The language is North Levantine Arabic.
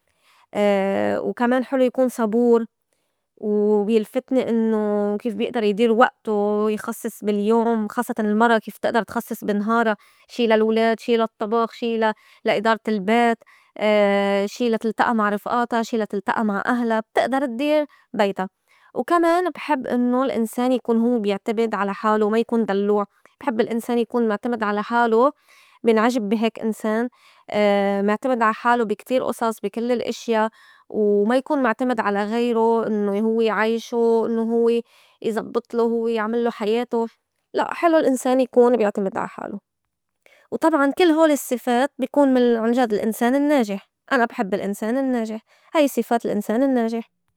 وكمان حلو يكون صبور وبيلفتني إنّو كيف بيئدر يدير وئتو يخصّص باليوم خاصّتاً المرا كيف تئدر تخصّص بنهارا شي للولاد، شي للطّبخ، شي لا- لا إدارة البيت، شي لا تلتئى مع رفئاتا، شي لا تلتئى مع أهلا بتئدر تدير بيتا، وكمان بحب إنّو الإنسان يكون هوّ بيعتمد على حالو ما يكون دلّوع بحب الإنسان يكون معتمد على حالو بنعجب بي هيك إنسان معتمد عا حالو بي كتير أصص بي كل الأشيا و ما يكون معتمد على غيرو إنّو هوّ يعيشو إنّو هو يزبّطلو هوّ يعملّو حياتو لأ حلو الإنسان يكون بيعتمد عحالو وطبعاً كل هول الصّفات بيكون من عنجد الإنسان النّاجح أنا بحب الإنسان النّاجح هاي صفات الإنسان النّاجح.